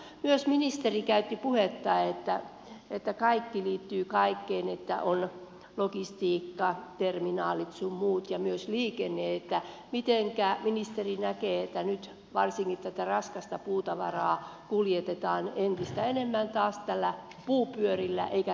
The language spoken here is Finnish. myös ministeri käytti puhetta että kaikki liittyy kaikkeen ja että on logistiikkaterminaalit sun muut ja myös liikenne niin mitenkä ministeri näkee kun nyt varsinkin tätä raskasta puutavaraa kuljetetaan entistä enemmän taas pyörillä eikä raiteilla